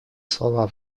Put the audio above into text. слова